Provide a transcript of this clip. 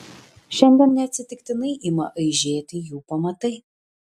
šiandien neatsitiktinai ima aižėti jų pamatai